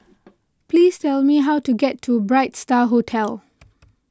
please tell me how to get to Bright Star Hotel